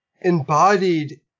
embodied